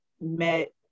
met